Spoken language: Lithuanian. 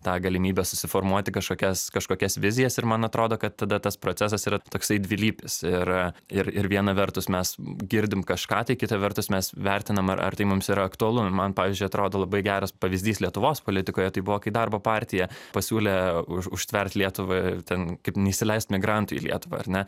tą galimybę susiformuoti kažkokias kažkokias vizijas ir man atrodo kad tada tas procesas yra toksai dvilypis ir ir ir viena vertus mes girdim kažką tai kita vertus mes vertinam ar ar tai mums yra aktualu ir man pavyzdžiui atrodo labai geras pavyzdys lietuvos politikoje tai buvo kai darbo partija pasiūlė už užtvert lietuvą ten kaip neįsileist migrantų į lietuvą ar ne